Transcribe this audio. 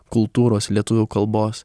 kultūros lietuvių kalbos